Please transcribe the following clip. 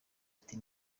ati